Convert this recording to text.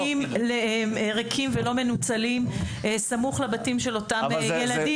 אז למה יש מבנים ריקים ולא מנוצלים סמוך לאותם בתים של אותם ילדים,